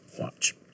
Watch